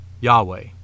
Yahweh